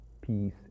peace